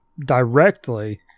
directly